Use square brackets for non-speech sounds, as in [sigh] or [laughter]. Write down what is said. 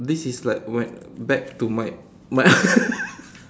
this is like when back to my my [laughs]